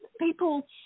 people